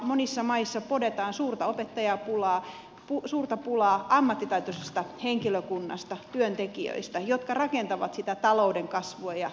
monissa maissa podetaan suurta opettajapulaa suurta pulaa ammattitaitoisesta henkilökunnasta työntekijöistä jotka rakentavat sitä talouden kasvua ja monipuolisuutta